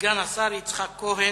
סגן השר יצחק כהן.